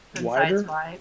Wider